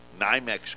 NYMEX